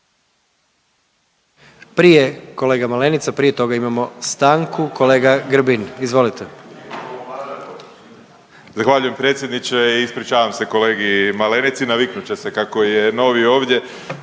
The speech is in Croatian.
Prije, kolega Malenica, prije toga imamo stanku, kolega Grbin. Izvolite. **Grbin, Peđa (SDP)** Zahvaljujem predsjedniče i ispričavam se kolegi Malenici, naviknut će se kako je novi ovdje